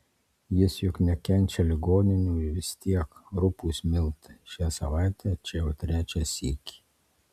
jis juk nekenčia ligoninių ir vis tiek rupūs miltai šią savaitę čia jau trečią sykį